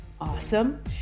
Awesome